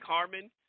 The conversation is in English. Harmon